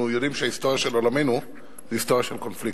אנחנו יודעים שההיסטוריה של עולמנו היא היסטוריה של קונפליקטים.